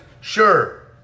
sure